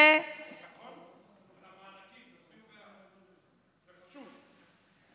אבל על המענקים תצביעו בעד, נכון?